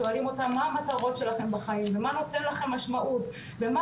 שואלים אותם: 'מה המטרות שלכם בחיים ומה נותן לכם משמעות ומה